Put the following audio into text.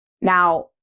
Now